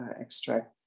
extract